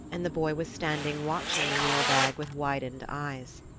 and the boy was standing watching the mealbag with widened eyes.